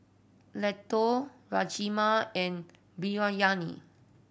Ladoo Rajma and Biryani